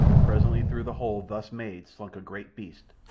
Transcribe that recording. presently through the hole thus made slunk a great beast,